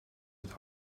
het